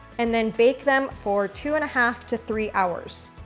and then bake them for two and a half to three hours.